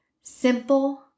simple